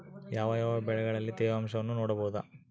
ಯಾವ ಯಾವ ಬೆಳೆಗಳಲ್ಲಿ ತೇವಾಂಶವನ್ನು ನೋಡಬಹುದು?